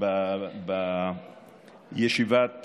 בישיבת